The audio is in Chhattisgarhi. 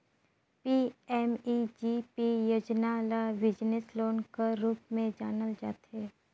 पीएमईजीपी योजना ल बिजनेस लोन कर रूप में जानल जाथे